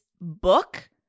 book